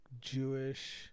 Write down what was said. Jewish